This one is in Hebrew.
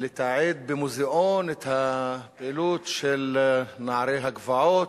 לתעד במוזיאון את הפעילות של נערי הגבעות,